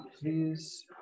please